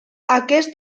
aquest